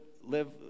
live